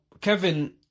Kevin